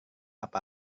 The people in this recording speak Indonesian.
apa